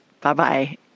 Bye-bye